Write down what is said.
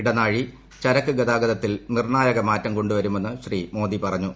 ഇടനാഴി ചരക്കു ഗതാഗതത്തിൽ നിർണായക മാറ്റും കൊണ്ടുവരുമെന്ന് ശ്രീ മോദി പറഞ്ഞു